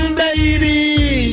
baby